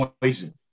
poison